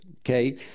okay